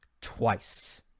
twice